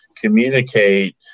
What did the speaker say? communicate